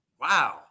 Wow